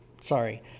sorry